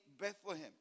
Bethlehem